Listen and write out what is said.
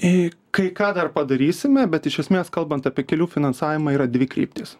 į kai ką dar padarysime bet iš esmės kalbant apie kelių finansavimą yra dvi kryptys